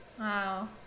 Wow